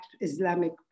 Islamic